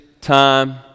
time